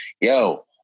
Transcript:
yo